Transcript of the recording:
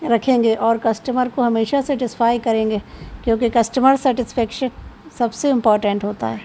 رکھیں گے اور کسٹمر کو ہمیشہ سے سیٹسفائی کریں گے کیونکہ کسٹمر سیٹسفکشن سب سے امپارٹینٹ ہوتا ہے